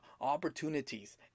opportunities